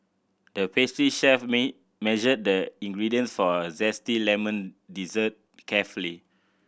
the pastry chef measured the ingredients for a zesty lemon dessert carefully